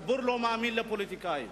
לא מאמין לפוליטיקאים,